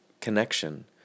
connection